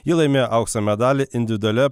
ji laimėjo aukso medalį individualioje